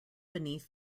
beneath